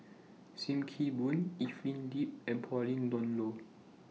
SIM Kee Boon Evelyn Lip and Pauline Dawn Loh